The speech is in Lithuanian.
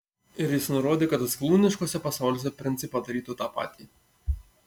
ir jis nurodė kad atskalūniškuose pasauliuose princai padarytų tą patį